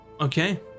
Okay